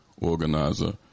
organizer